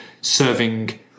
serving